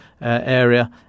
area